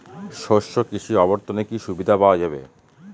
শস্য কৃষি অবর্তনে কি সুবিধা পাওয়া যাবে?